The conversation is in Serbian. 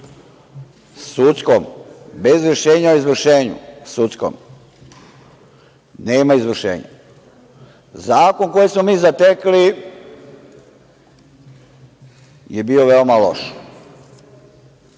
sud. Bez rešenja o izvršenju, sudskog, nema izvršenja. Zakon koji smo mi zatekli je bio veoma loš.